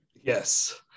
yes